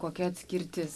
kokia atskirtis